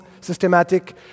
Systematic